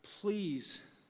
please